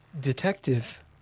Detective